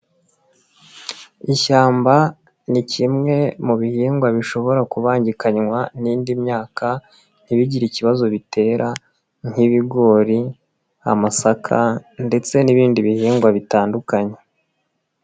Ishyamba ni kimwe mu bihingwa bishobora kubangikanywa n'indi myaka ntibigire ikibazo bitera, nk'ibigori, amasaka ndetse n'ibindi bihingwa bitandukanye.